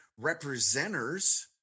representers